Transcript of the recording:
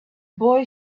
boy